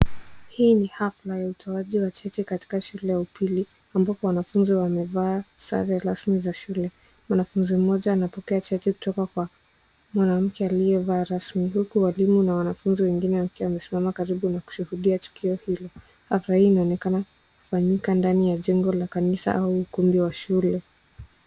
Hii ni hafla ya utoaji wa cheti katika shule ya upili ambapo wanafunzi wamevaa sare rasmi za shule. Mwanafunzi mmoja anapokea cheti kutoka kwa mwanamke aliyevaa rasmi huku walimu na wanafunzi wengine wakiwa wamesimama karibu na kushuhudia tukio hilo. Hafla hii inaonekana kufanyika ndani ya jengo la kanisa au ukumbi wa shule.